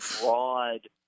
broad